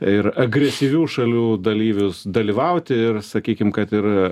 ir agresyvių šalių dalyvius dalyvauti ir sakykim kad ir